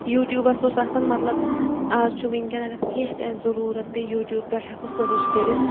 یوٗٹیوٗبَس اوس آسان مطلب آز چھُ وٕنکیٚن اگر کینٛہہ تہِ آسہِ ضروٗرَت پیہِ یوٗٹیوٗب پٮ۪ٹھ ہیٚکو سٔرٕچ کٔرِتھ